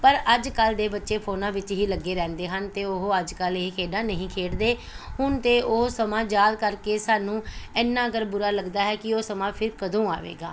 ਪਰ ਅੱਜ ਕੱਲ੍ਹ ਦੇ ਬੱਚੇ ਫੋਨਾਂ ਵਿੱਚ ਹੀ ਲੱਗੇ ਰਹਿੰਦੇ ਹਨ ਅਤੇ ਉਹ ਅੱਜ ਕੱਲ੍ਹ ਇਹ ਖੇਡਾਂ ਨਹੀਂ ਖੇਡਦੇ ਹੁਣ ਤਾਂ ਉਹ ਸਮਾਂ ਯਾਦ ਕਰਕੇ ਸਾਨੂੰ ਐਨਾ ਅਗਰ ਬੁਰਾ ਲੱਗਦਾ ਹੈ ਕਿ ਉਹ ਸਮਾਂ ਫਿਰ ਕਦੋਂ ਆਵੇਗਾ